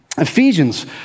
Ephesians